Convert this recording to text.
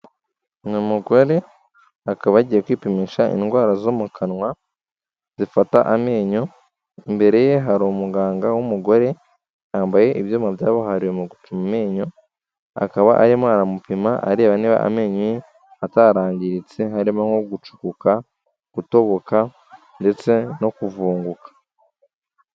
Ni umugore akaba yagiye kwipimisha indwara zo mu kanwa, zifata amenyo, imbere ye hari umuganga w'umugore, yambaye ibyuma byabuhariwe mu gupima amenyo, akaba arimo aramupima areba niba amenyo ye atarangiritse, harimo nko gucukuka, gutoboka ndetse no kuvunguka.